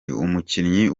umukinnyi